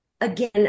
again